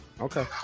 Okay